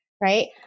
Right